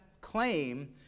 claim